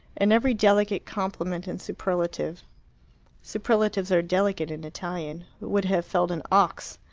and every delicate compliment and superlative superlatives are delicate in italian would have felled an ox.